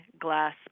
glass